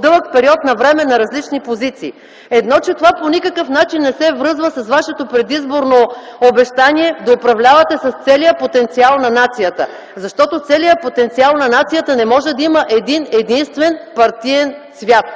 дълъг период от време на различни позиции? Първо, това по никакъв начин не се връзва с вашето предизборно обещание да управлявате с целия потенциал на нацията. Целият потенциал на нацията не може да има един- единствен партиен цвят.